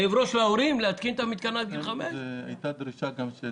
כאב ראש להורים להתקין את המתקן עד גיל חמש?